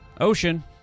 Ocean